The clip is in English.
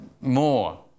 more